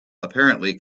apparently